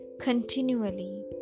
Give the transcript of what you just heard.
continually